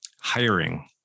Hiring